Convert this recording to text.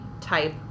type